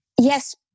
yes